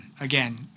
again